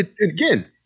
again